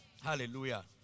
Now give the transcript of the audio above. Hallelujah